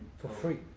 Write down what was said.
for free?